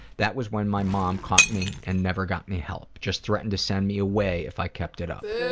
that was when my mom caught me and never got me help, just threatened to send me away if i kept it up.